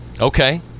okay